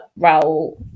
Raul